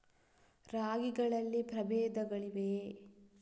ರಾಗಿಗಳಲ್ಲಿ ಪ್ರಬೇಧಗಳಿವೆಯೇ?